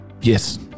Yes